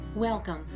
Welcome